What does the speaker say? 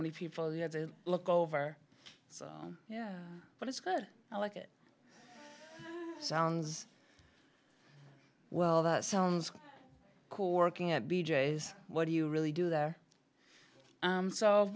many people you have to look over so yeah but it's good i like it sounds well that sounds cool working at b j is what do you really do there